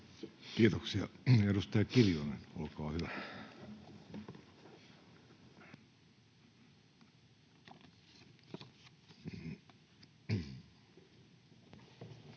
Kiitoksia. — Edustaja Kiljunen, olkaa hyvä.